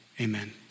amen